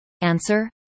Answer